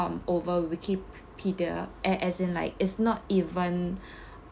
um over wikipedia a~ as in like it's not even